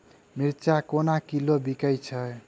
मिर्चा केना किलो बिकइ छैय?